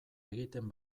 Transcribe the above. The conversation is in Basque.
egiten